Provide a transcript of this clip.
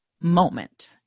moment